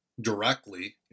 directly